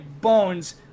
bones